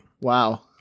Wow